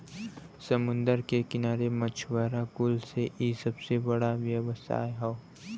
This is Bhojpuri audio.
समुंदर के किनारे मछुआरा कुल से इ सबसे बड़ा व्यवसाय हौ